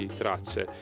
tracce